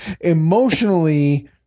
emotionally